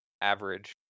average